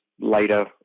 later